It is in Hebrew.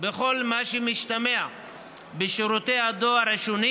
וכל מה שמשתמע בשירותי הדואר השונים,